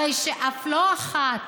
הרי שבאף לא אחת